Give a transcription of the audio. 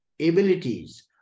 abilities